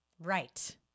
right